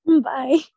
Bye